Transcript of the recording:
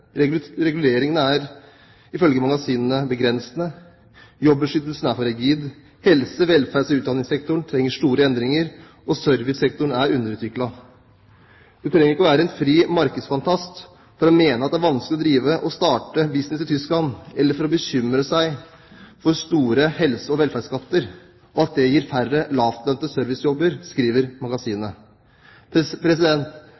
er, ifølge magasinet, begrensende, jobbeskyttelsen er for rigid, helse-, velferds- og utdanningssektoren trenger store endringer, og servicesektoren er underutviklet. Du trenger ikke å være en frimarkedsfantast for å mene at det er vanskelig å starte og drive business i Tyskland, eller for å bekymre deg for at store helse- og velferdsskatter gir færre lavtlønnede servicejobber, skriver